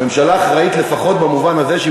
הממשלה אחראית לפחות במובן הזה שהיא